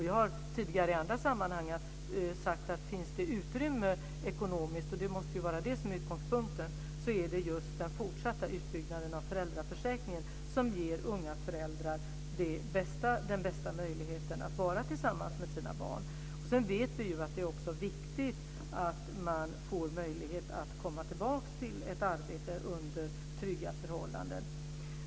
Jag har tidigare i andra sammanhang sagt att det om det finns utrymme ekonomiskt - det måste vara det som är utgångspunkten - just är den fortsatta utbyggnaden av föräldraförsäkringen som ger unga föräldrar den bästa möjligheten att vara tillsammans med sina barn. Sedan vet vi att det också är viktigt att man får möjlighet att komma tillbaks till ett arbete under trygga förhållanden.